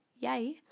yay